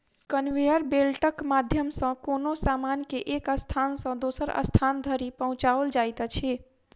conveyor बेल्टक माध्यम सॅ कोनो सामान के एक स्थान सॅ दोसर स्थान धरि पहुँचाओल जाइत अछि